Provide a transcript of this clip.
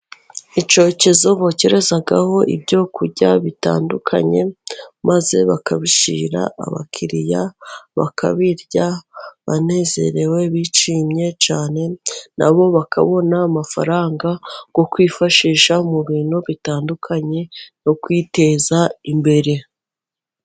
Icyokezo bokerezaho ibyo kurya bitandukanye, maze bakabishyira abakiriya bakabirya banezerewe, bishimye cyane na bo bakabona amafaranga, yo kwifashisha mu bintu bitandukanye no kwiteza imbere.